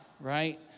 right